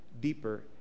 deeper